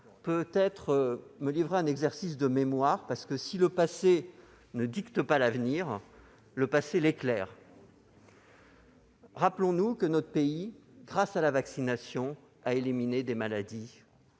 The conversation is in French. plutôt me livrer à un exercice de mémoire. En effet, si le passé ne dicte pas l'avenir, du moins il l'éclaire. Rappelons-nous que notre pays, grâce à la vaccination, a éliminé des maladies